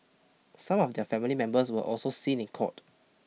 some of their family members were also seen in court